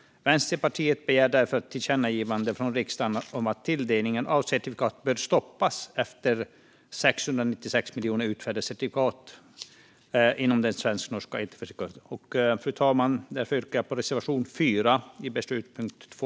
Vänsterpartiet begär därför ett tillkännagivande från riksdagen om att tilldelningen av certifikat bör stoppas efter 696 miljoner utfärdade certifikat inom det svensk-norska elcertifikatssystemet. Fru talman! Jag yrkar bifall till reservation 4 under punkt 2.